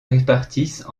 répartissent